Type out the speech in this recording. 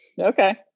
Okay